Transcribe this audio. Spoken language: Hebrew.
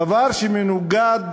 דבר שמנוגד